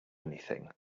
anything